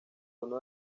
uno